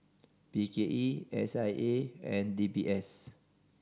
B K E S I A and D B S